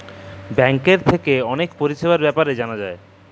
ব্যাংকের থাক্যে ম্যালা পরিষেবার বেপার জালা যায়